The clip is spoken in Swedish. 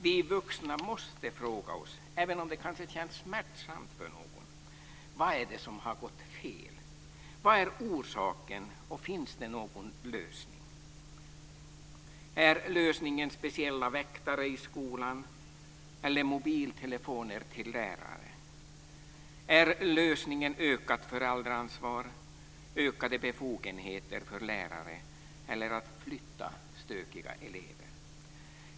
Vi vuxna måste fråga oss, även om det kanske känns smärtsamt för någon: Vad är det som har gått fel? Vad är orsaken? Finns det någon lösning? Är lösningen speciella väktare i skolan eller mobiltelefoner till lärarna? Är lösningen ökat föräldraansvar, ökade befogenheter för lärare eller att flytta stökiga elever?